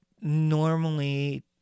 normally